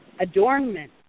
adornment